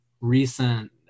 recent